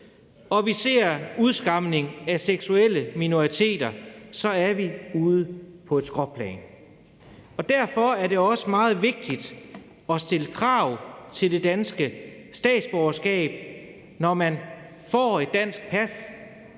når vi ser udskamning af seksuelle minoriteter, er vi ude på et skråplan. Derfor er det også meget vigtigt at stille krav til det danske statsborgerskab. Når man får et dansk pas,